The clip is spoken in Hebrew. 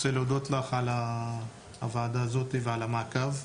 אני רוצה להודות לך על הוועדה הזאת ועל המעקב.